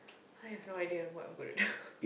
I have no idea what I am going to do